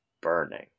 burning